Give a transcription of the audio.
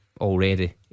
already